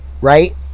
Right